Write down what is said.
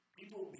people